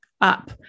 up